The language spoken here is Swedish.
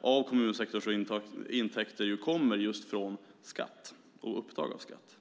av kommunsektorns intäkter ju kommer just från skatt och upptag av skatt.